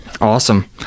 Awesome